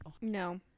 No